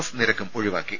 S നിരക്കും ഒഴിവാക്കി